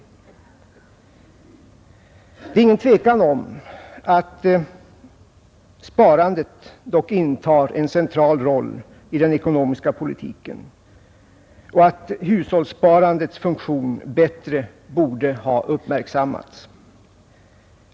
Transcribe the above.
Det råder inget tvivel om att sparandet dock intar en central roll i den ekonomiska politiken och att hushållssparandets funktion borde ha uppmärksammats bättre.